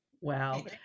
Wow